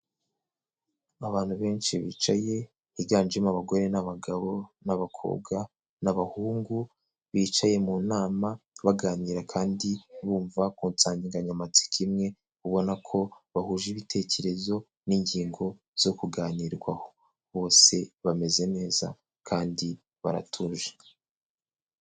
Abantu benshi bicaye, higanjemo abagore n'abagabo, n'abakobwa ,n'abahungu bicaye mu nama, baganira kandi bumva ku nsanganyamatsiko imwe, ubona ko bahuje ibitekerezo n'ingingo zo kuganirwaho, bose bameze neza kandi baratuje.